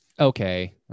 okay